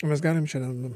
mes galim šiandien